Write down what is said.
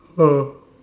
ah